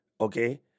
okay